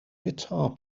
guitar